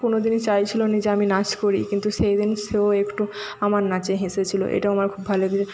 কোনদিনই চাইছিলো না যে আমি নাচ করি কিন্তু সেইদিন সেও একটু আমার নাচে হেসেছিলো এটাও আমার খুব ভাল লেগে